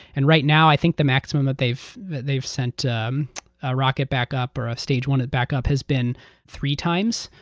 and right now, i think the maximum that they've that they've sent um a rocket back up or a stage one that back up has been three times.